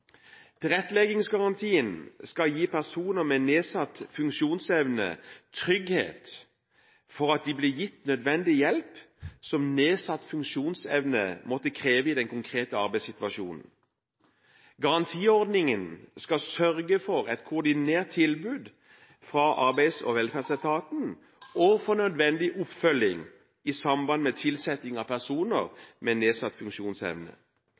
Tilretteleggingsgarantien skal gi personer med nedsatt funksjonsevne trygghet for at de blir gitt nødvendig hjelp som nedsatt funksjonsevne måtte kreve i den konkrete arbeidssituasjonen. Garantiordningen skal sørge for et koordinert tilbud fra Arbeids- og velferdsetaten, og for nødvendig oppfølging i samband med tilsetting av personer med nedsatt funksjonsevne.